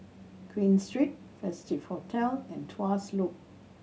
Queen Street Festive Hotel and Tuas Loop